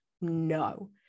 No